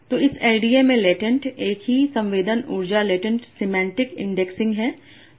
तो इस एलडीए में लेटेंट एक ही संवेदन ऊर्जा लेटेंट सिमेंटिक इंडेक्सिंग है